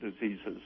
diseases